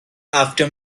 after